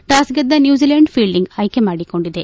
toss ಗೆದ್ದ New Zealand fielding ಆಯ್ಕೆ ಮಾಡಿಕೊಂಡಿದೆ